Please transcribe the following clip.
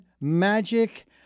Magic